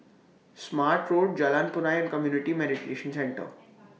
Smart Road Jalan Punai and Community Mediation Centre